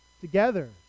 together